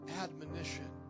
admonition